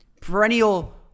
Perennial